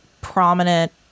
prominent